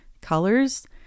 colors